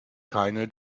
keine